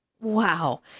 Wow